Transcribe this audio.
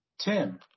tim